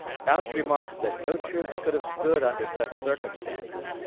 couch remarks that no troops could have stood under such circumstances,